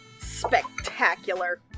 Spectacular